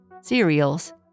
cereals